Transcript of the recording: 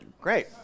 Great